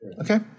Okay